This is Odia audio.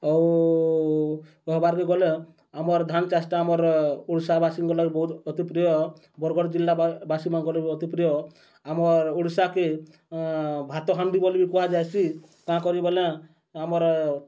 ଆଉ କହେବାର୍କେ ଗଲେ ଆମର୍ ଧାନ୍ ଚାଷ'ଟା ଆମର୍ ଓଡ଼ିଶାବାସୀଙ୍କ ବହୁତ୍ ଅତି ପ୍ରିୟ ବରଗଡ଼ ଜିଲ୍ଲାବାସି ମାନ୍ଙ୍କର୍ ବି ଅତିପ୍ରିୟ ଆମର୍ ଓଡ଼ିଶାକେ ଭାତ୍ ହାଣ୍ଡି ବୋଲି ବି କୁହାଯାଏସି କାଁ କରି ବେଲେ ଆମର୍